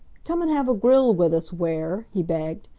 come and have a grill with us, ware, he begged.